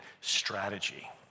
strategy